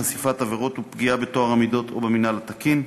(חשיפת עבירות ופגיעה בטוהר המידות או במינהל התקין),